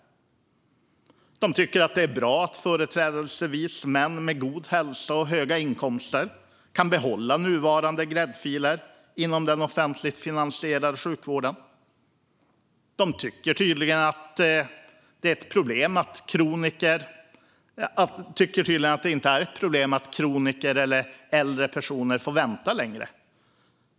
De tycker att det är bra att företrädesvis män med god hälsa och höga inkomster kan behålla nuvarande gräddfiler i den offentligt finansierade vården. De tycker tydligen inte att det är ett problem att kroniker eller äldre personer får vänta längre.